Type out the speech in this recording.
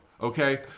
okay